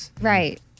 Right